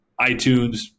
iTunes